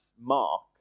Mark